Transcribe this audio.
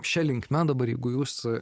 šia linkme dabar jeigu jūs